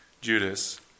Judas